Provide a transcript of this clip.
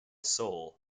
soul